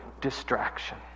distraction